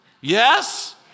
Yes